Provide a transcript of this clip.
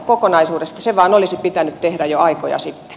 se vain olisi pitänyt tehdä jo aikoja sitten